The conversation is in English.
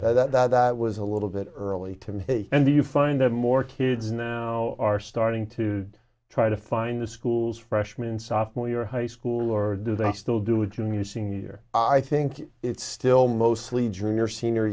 yeah that that was a little bit early to me and do you find that more kids now are starting to try to find the school's freshman sophomore year of high school or do they still do it jim you senior i think it's still mostly junior senior